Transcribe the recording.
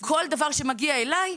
כל דבר שמגיע אליי,